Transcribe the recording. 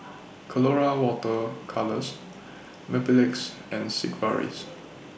Colora Water Colours Mepilex and Sigvaris